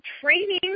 training